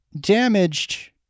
damaged